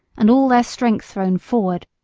and all their strength thrown forward?